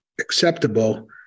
acceptable